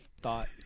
thought